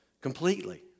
completely